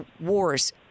wars